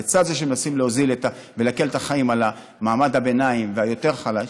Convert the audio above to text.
לצד זה שמנסים להוזיל ולהקל את החיים על מעמד הביניים ועל היותר-חלש,